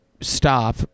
stop